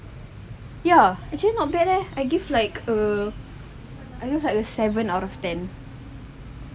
ya actually not bad eh I give like err I love like uh seven out of ten